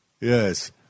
yes